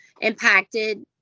impacted